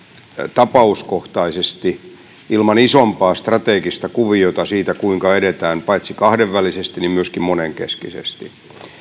tapauskohtaisesti ilman isompaa strategista kuviota siitä kuinka edetään paitsi kahdenvälisesti myöskin monenkeskisesti